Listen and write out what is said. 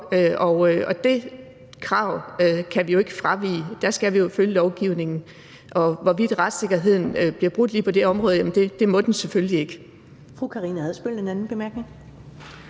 Og det krav kan vi ikke fravige – der skal vi jo følge lovgivningen. Og i forhold til om retssikkerheden bliver brudt lige på det område, vil jeg sige, at det må den selvfølgelig ikke.